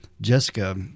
Jessica